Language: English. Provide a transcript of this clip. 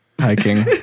hiking